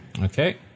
Okay